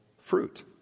fruit